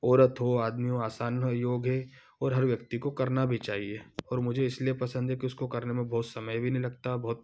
औरत हो आदमी हो आसान है योग है और हर व्यक्ति को करना भी चाहिए और मुझे इसलिए पसंद है कि उसको करने में बहुत समय भी नहीं लगता बहुत